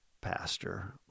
pastor